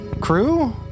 Crew